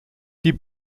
die